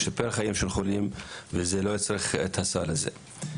לשפר חיים של חולים וזה לא יצטרך את הסל הזה.